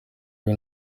ibi